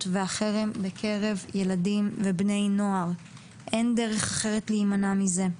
והחרם בקרב ילדים ובני נוער - אין דרך אחרת להימנע מזה.